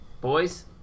Boys